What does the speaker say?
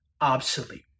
obsolete